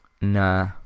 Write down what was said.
nah